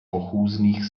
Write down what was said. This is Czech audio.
pochůzných